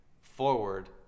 forward